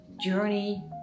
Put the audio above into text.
journey